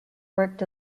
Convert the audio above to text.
worked